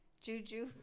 juju